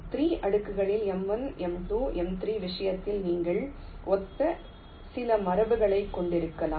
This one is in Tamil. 3 அடுக்குகளின் m1 m2 m3 விஷயத்தில் நீங்கள் ஒத்த சில மரபுகளைக் கொண்டிருக்கலாம்